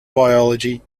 biology